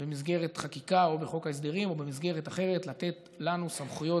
במסגרת חקיקה או בחוק ההסדרים או במסגרת אחרת לתת לנו סמכויות